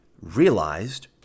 realized